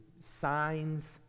signs